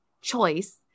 choice